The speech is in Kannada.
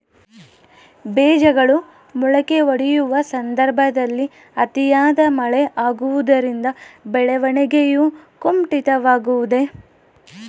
ಬೇಜಗಳು ಮೊಳಕೆಯೊಡೆಯುವ ಸಂದರ್ಭದಲ್ಲಿ ಅತಿಯಾದ ಮಳೆ ಆಗುವುದರಿಂದ ಬೆಳವಣಿಗೆಯು ಕುಂಠಿತವಾಗುವುದೆ?